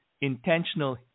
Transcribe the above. intentional